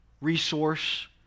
resource